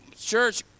church